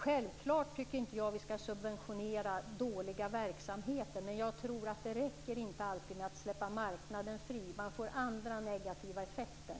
Självklart tycker jag inte att vi skall subventionera dåliga verksamheter. Men det räcker inte alltid att släppa marknaden fri. Då får man andra negativa effekter.